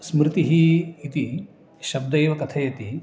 स्मृतिः इति शब्दैव कथयति